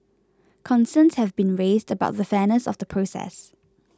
concerns have been raised about the fairness of the process